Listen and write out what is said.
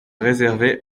réservé